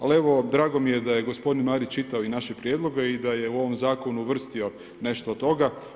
Ali, evo, drago mi je da je gospodin Marić čitao i naše prijedloge i da je u ovom zakonu uvrstio nešto od toga.